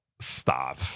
stop